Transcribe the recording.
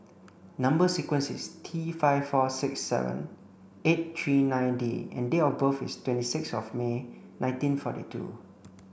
number sequence is T five four six seven eight three nine D and date of birth is twenty six of May nineteen forty two